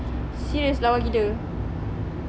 serious lawa gila